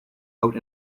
out